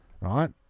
Right